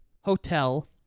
hotel